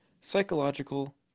psychological